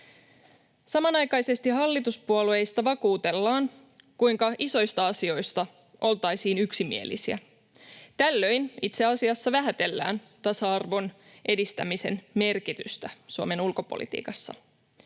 Samanaikaisesti hallituspuolueista vakuutellaan, kuinka isoista asioista oltaisiin yksimielisiä. Tällöin itse asiassa vähätellään tasa-arvon edistämisen merkitystä Suomen ulkopolitiikassa.